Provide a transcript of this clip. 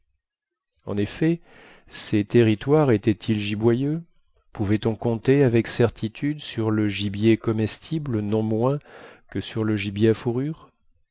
en effet ces territoires étaient-ils giboyeux pouvait-on compter avec certitude sur le gibier comestible non moins que sur le gibier à fourrure